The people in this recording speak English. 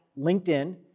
LinkedIn